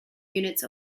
units